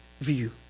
view